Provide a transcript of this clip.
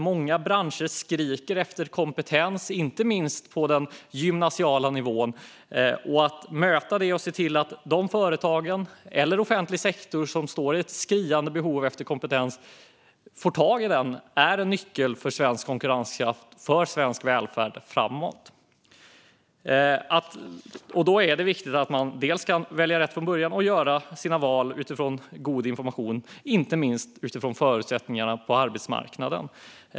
Många branscher skriker efter kompetens, inte minst på den gymnasiala nivån. Att möta detta och se till att företag eller offentlig sektor med ett skriande behov av kompetens får tag i sådan är en nyckel för svensk konkurrenskraft och välfärd framåt. Då är det viktigt att man kan välja rätt från början och göra sitt val utifrån god information, inte minst om förutsättningarna på arbetsmarknaden.